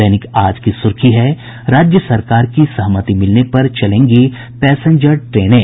दैनिक आज की सुर्खी है राज्य सरकार की सहमति मिलने पर चलेंगी पैसेंजर ट्रेनें